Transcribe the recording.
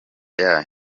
yayo